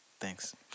Thanks